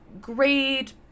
great